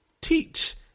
teach